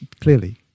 clearly